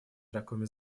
раковыми